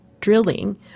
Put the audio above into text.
drilling